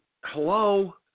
hello